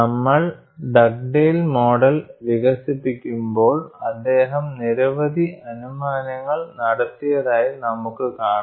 നമ്മൾ Dugdale model വികസിപ്പിക്കുമ്പോൾ അദ്ദേഹം നിരവധി അനുമാനങ്ങൾ നടത്തിയതായി നമുക്ക് കാണാം